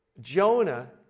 Jonah